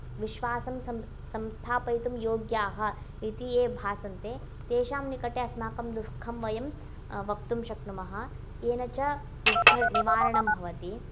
विश्वासं सं संस्थापयितुं योग्याः इति ये भासन्ते तेषां निकटे अस्माकं दुःखं वयं वक्तुं शक्नुमः येन च दुःखनिवारणं भवति